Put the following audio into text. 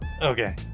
Okay